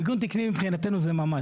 מיגון תקני מבחינתנו זה ממ"ד.